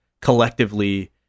collectively